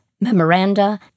Memoranda